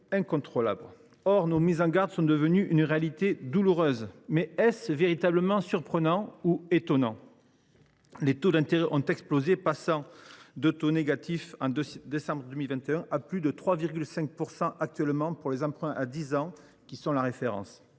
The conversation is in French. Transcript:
nous mettions en garde sont donc devenues une réalité douloureuse, mais est ce véritablement surprenant ? Les taux d’intérêt ont explosé, passant de taux négatifs en décembre 2021 à plus de 3,5 % actuellement pour les emprunts à dix ans, qui sont la référence.